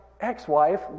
ex-wife